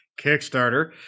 Kickstarter